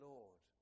Lord